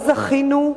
לא זכינו,